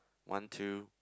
one two